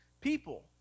people